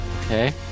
okay